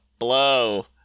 Blow